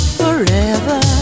forever